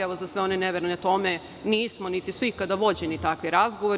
Evo, za sve one neverne Tome, nismo, niti su ikada vođeni takvi razgovori.